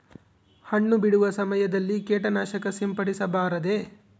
ಹಣ್ಣು ಬಿಡುವ ಸಮಯದಲ್ಲಿ ಕೇಟನಾಶಕ ಸಿಂಪಡಿಸಬಾರದೆ?